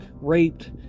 raped